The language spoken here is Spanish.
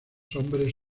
hombres